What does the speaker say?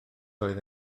oedd